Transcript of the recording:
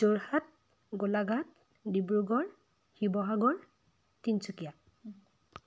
Jorhat Golaghat Dibrugarh Sivasagar Tinsukia